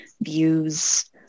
views